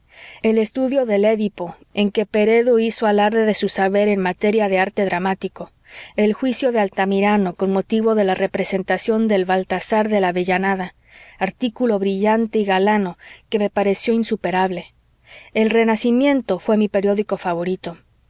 el estudio del edipo en que peredo hizo alarde de su saber en materia de arte dramático el juicio de altamirano con motivo de la representación del baltasar de la avellaneda artículo brillante y galano que me pareció insuperable el renacimiento fué mi periódico favorito